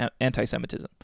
anti-Semitism